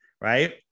right